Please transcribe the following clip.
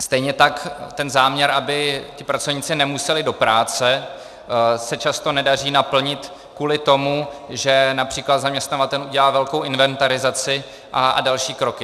Stejně tak ten záměr, aby ti pracovníci nemuseli do práce, se často nedaří naplnit kvůli tomu, že například zaměstnavatel udělá velkou inventarizaci a další kroky.